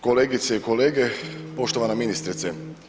Kolegice i kolege, poštovana ministrice.